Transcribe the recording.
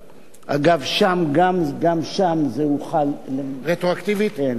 אגב, גם שם זה הוחל רטרואקטיבית, למפרע.